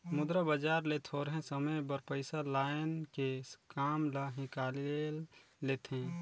मुद्रा बजार ले थोरहें समे बर पइसा लाएन के काम ल हिंकाएल लेथें